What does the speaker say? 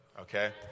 Okay